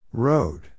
Road